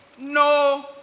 no